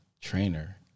trainer